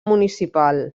municipal